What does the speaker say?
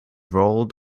rolled